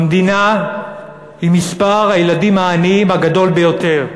המדינה עם מספר הילדים העניים הגדול ביותר.